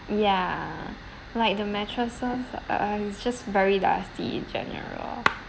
ya like the mattresses err it's just very dusty in general